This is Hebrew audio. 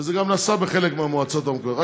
וזה גם נעשה בחלק מהמועצות המקומיות.